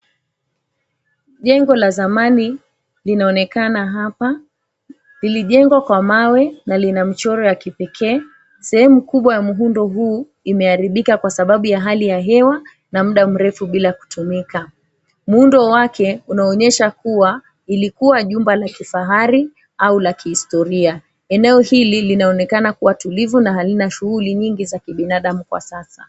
Jengo la zamani linaonekana hapa, lilijengwa kwa mawe na lina mchoro ya kipekee, sehemu kubwa ya muundo huu imeharibika kwa sababu ya hali ya hewa na mda mrefu bila kutumika. Muundo wake unaonyesha kuwa ilikuwa jumba la kifahari au la kihistoria. Eneo hili linaonekana kuwa tulivu na halina shughuli nyingi za kibinadamu kwa sasa.